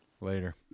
later